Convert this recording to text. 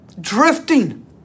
drifting